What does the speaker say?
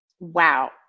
Wow